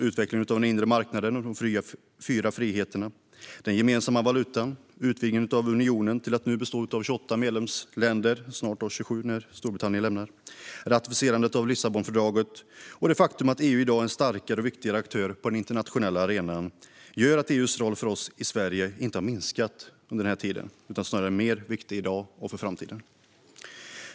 Utvecklingen av den inre marknaden och de fyra friheterna, den gemensamma valutan, utvidgningen av unionen till att nu bestå av 28 medlemsstater - snart 27, då Storbritannien lämnar den - ratificerandet av Lissabonfördraget och det faktum att EU i dag är en starkare och viktigare aktör på den internationella arenan gör att EU:s roll för oss i Sverige inte har minskat under den här tiden utan snarare är än mer viktig i dag och för framtiden.